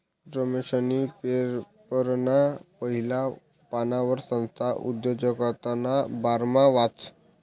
रमेशनी पेपरना पहिला पानवर संस्था उद्योजकताना बारामा वाचं